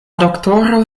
doktoro